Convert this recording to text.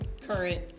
current